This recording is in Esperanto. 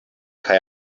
kaj